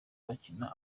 bakina